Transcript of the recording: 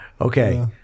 Okay